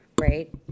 right